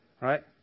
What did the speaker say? right